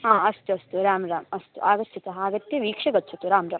हा अस्तु अस्तु रां राम् अस्तु आगच्छतु आगत्य वीक्ष्य गच्छतु रां राम्